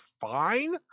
fine